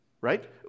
Right